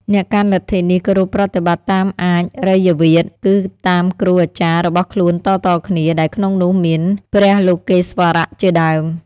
អ្នកកាន់លទ្ធិនេះគោរពប្រតិបត្តិតាម អាចរិយវាទ គឺតាមគ្រូអាចារ្យរបស់ខ្លួនតៗគ្នា ដែលក្នុងនោះមាន ព្រះលោកេស្វរៈ ជាដើម។